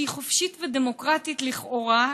שהיא חופשית ודמוקרטית לכאורה,